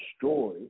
destroy